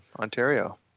Ontario